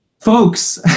folks